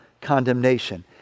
condemnation